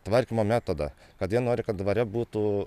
tvarkymo metodą kad jie nori kad dvare būtų